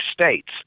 states